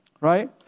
right